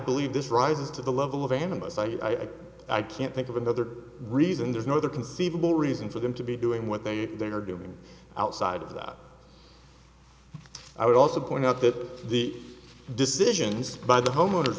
believe this rises to the level of animals i i can't think of another reason there's no other conceivable reason for them to be doing what they are doing outside of that i would also point out that the decisions by the homeowners